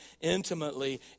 intimately